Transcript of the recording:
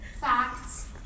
facts